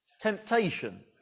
Temptation